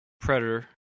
Predator